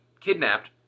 kidnapped